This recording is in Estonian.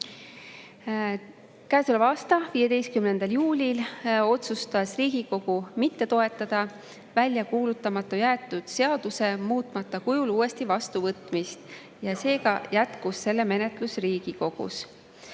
Käesoleva aasta 15. juulil otsustas Riigikogu mitte toetada välja kuulutamata jäetud seaduse muutmata kujul uuesti vastuvõtmist ja seega jätkus selle menetlus Riigikogus.